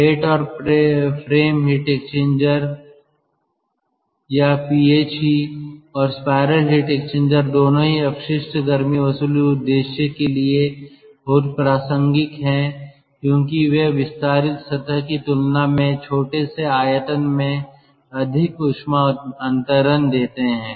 plate और frame heat exchanger या PHE और स्पाइरल हीट एक्सचेंजर दोनों ही अपशिष्ट गर्मी वसूली उद्देश्य के लिए बहुत प्रासंगिक हैं क्योंकि वे विस्तारित सतह की तुलना में छोटे से आयतन में अधिक ऊष्मा अंतरण देते हैं